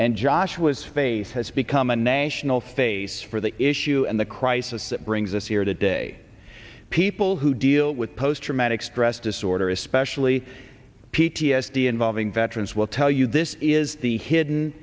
and joshua's face has become a national face for the issue and the crisis that brings us here today people who deal with post traumatic stress disorder especially p t s d involving veterans will tell you this is the hidden